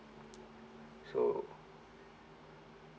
so